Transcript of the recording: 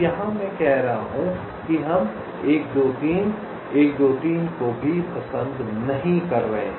तो यहाँ मैं कह रहा हूँ कि हम 1 2 3 1 2 3 को भी पसंद नहीं कर रहे हैं